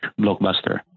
Blockbuster